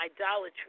idolatry